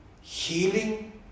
healing